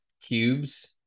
cubes